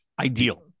Ideal